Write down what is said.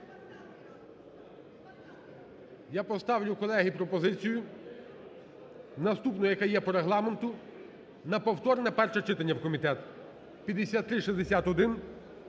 Я поставлю, колеги, пропозицію наступну, яка є по Регламенту, на повторне перше читання у комітет. 5361